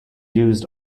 used